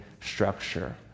structure